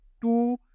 two